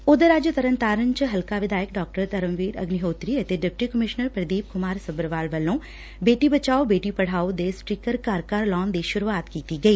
ਓਧਰ ਅੱਜ ਤਰਨਤਾਰਨ ਚ ਹਲਕਾ ਵਿਧਾਇਕ ਡਾ ਧਰਮਬੀਰ ਅਗਨੀਹੋਤਰੀ ਅਤੇ ਡਿਪਟੀ ਕਮਿਸ਼ਨ ਪ੍ਰਦੀਪ ਕੁਮਾਰ ਸੱਭਰਵਾਲ ਵੱਲੋਂ ਬੇਟੀ ਬਚਾਓ ਬੇਟੀ ਪੜਾਓ ਦੇ ਸਟੀਕਰ ਘਰ ਘਰ ਲਾਉਣ ਦੀ ਸੂਰੁਆਤ ਕੀਤੀ ਗਈ